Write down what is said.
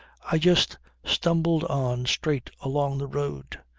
i just stumbled on straight along the road.